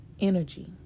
energy